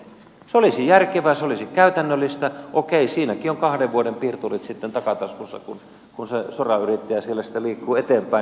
se olisi järkevää se olisi käytännöllistä okei siinäkin on kahden vuoden piirturit sitten takataskussa kun se sorayrittäjä siellä sitten liikkuu eteenpäin